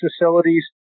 facilities